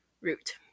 Root